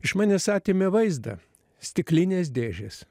iš manęs atėmė vaizdą stiklinės dėžės